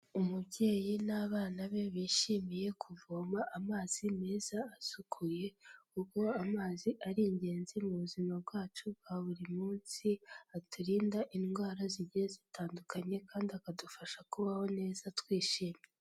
Umubyeyi n'abana be bishimiye kuvoma amazi meza asukuye, ubwo amazi ari ingenzi mu buzima bwacu bwa buri munsi, aturinda indwara zigiye zitandukanye kandi akadufasha kubaho neza twishimye.